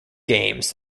games